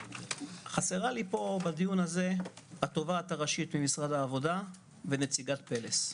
חסרה לי פה בדיון הזה התובעת הראשית ממשרד העבודה ונציגת יחידת פלס.